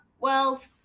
world